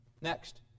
Next